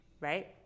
Right